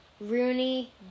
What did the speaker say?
Rooney